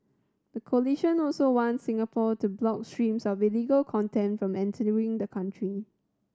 the coalition also wants Singapore to block streams of illegal content from entering the country